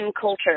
culture